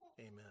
Amen